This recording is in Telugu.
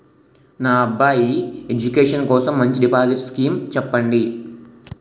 నా అబ్బాయి ఎడ్యుకేషన్ కోసం మంచి డిపాజిట్ స్కీం చెప్పండి